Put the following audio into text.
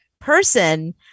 person